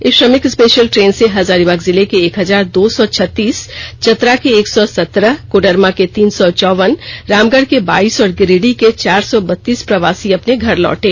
इस श्रमिक special train से हजारीबाग जिले के एक हजार दो सौ छत्तीस चतरा के एक सौ सतरह कोडरमा के तीन सौ चौवन रामगढ़ के बाइस और गिरिडीह के चार सौ छत्तीस प्रवासी अपने घर लौटे